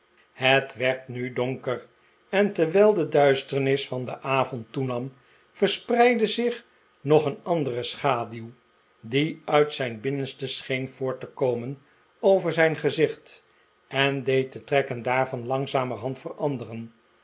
het werd nu donker en terwijl de duisternis van den avond toenam verspreidde zich nog een andere schaduw die uit zijn binnenste scheen voort te komen over zijn gezicht en deed de trekken daarvan langzamerhand veranderen